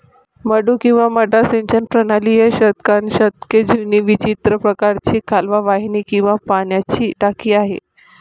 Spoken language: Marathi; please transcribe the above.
मड्डू किंवा मड्डा सिंचन प्रणाली ही शतकानुशतके जुनी विचित्र प्रकारची कालवा वाहिनी किंवा पाण्याची टाकी आहे